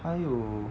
还有